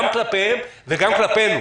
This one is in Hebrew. גם כלפיהם וגם כלפינו,